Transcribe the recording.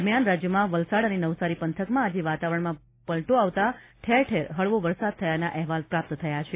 દરમિયાન રાજ્યમાં વલસાડ અને નવસારી પંથકમાં આજે વાતાવરણ પલટાતાં ઠેર ઠેર હળવો વરસાદ થયાના અહેવાલ પ્રાપ્ત થયા છે